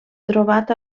trobat